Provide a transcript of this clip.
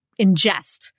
ingest